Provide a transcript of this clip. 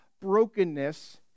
brokenness